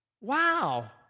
wow